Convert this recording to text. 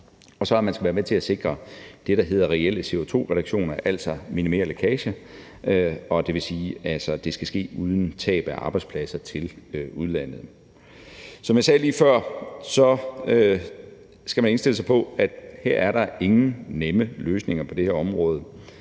og at man skal være med til at sikre det, der hedder reelle CO2-reduktioner, altså minimere lækage, og det vil altså sige, at det skal ske uden tab af arbejdspladser til udlandet. Som jeg sagde lige før, skal man indstille sig på, at der på det her område